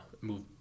move